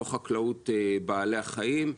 ולא חקלאות בעלי החיים.